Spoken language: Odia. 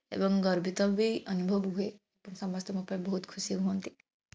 ଏବଂ ଗର୍ବିତ ବି ଅନୁଭବ ହୁଏ ପୁଣି ସମସ୍ତେ ମୋ ପାଇଁ ବହୁତ ଖୁସି ହୁଅନ୍ତି